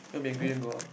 then be angry and go out